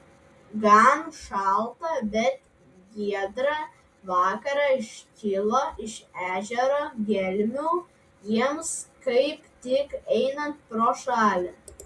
gan šaltą bet giedrą vakarą iškilo iš ežero gelmių jiems kaip tik einant pro šalį